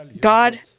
God